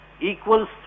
Equals